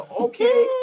okay